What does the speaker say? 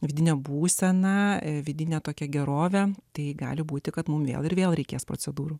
vidinę būseną vidinę tokią gerovę tai gali būti kad mums vėl ir vėl reikės procedūrų